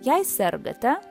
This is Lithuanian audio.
jei sergate